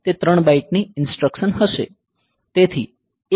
તે 3 બાઇટની ઇન્સટ્રકસન હશે